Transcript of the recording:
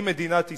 היא מדינת ישראל",